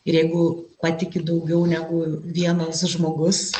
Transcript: ir jeigu patiki daugiau negu vienas žmogus